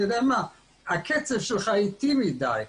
הקצב שלך איטי מדי.